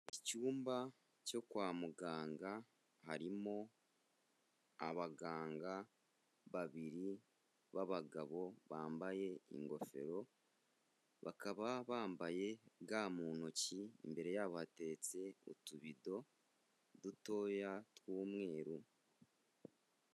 Icyumba cyo kwa muganga harimo abaganga babiri b'abagabo bambaye ingofero, bakaba bambaye ga mu ntoki, imbere yabo hateretse utubido dutoya tw'umweru.